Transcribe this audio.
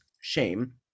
shame